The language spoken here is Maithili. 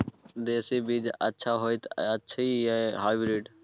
देसी बीज अच्छा होयत अछि या हाइब्रिड?